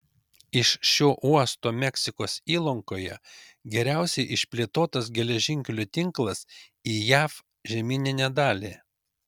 iš šio uosto meksikos įlankoje geriausiai išplėtotas geležinkelių tinklas į jav žemyninę dalį